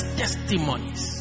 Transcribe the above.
testimonies